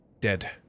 dead